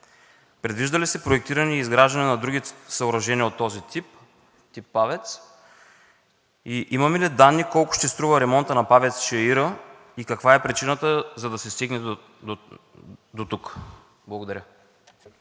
Предвижда ли се проектиране и изграждане на други съоръжения от този тип, тип ПАВЕЦ? Имаме ли данни колко ще струва ремонтът на ПАВЕЦ „Чаира“? И каква е причината, за да се стигне дотук? Благодаря.